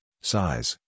size